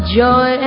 joy